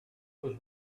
was